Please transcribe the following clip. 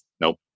Nope